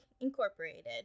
Incorporated